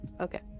Okay